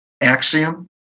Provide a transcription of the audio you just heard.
axiom